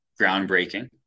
groundbreaking